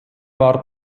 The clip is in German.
war